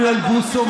אוריאל בוסו,